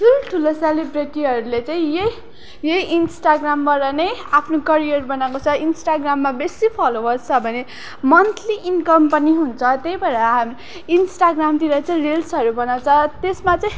ठुल्ठुलो सेलिब्रेटीहरूले चाहिँ यही यही इन्स्टाग्रामबाट नै आफ्नो करियर बनाएको छ इन्स्टाग्राममा बेसी फलोवर्स छ भने मन्थली इनकम पनि हुन्छ त्यही भएर हाम इन्स्टाग्रामतिर चाहिँ रिल्सहरू बनाउँछ त्यसमा चाहिँ